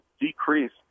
decrease